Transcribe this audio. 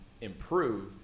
improve